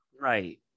Right